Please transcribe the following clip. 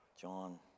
John